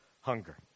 hunger